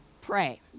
pray